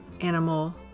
animal